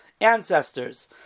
ancestors